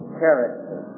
character